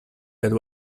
that